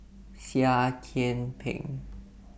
Seah Kian Peng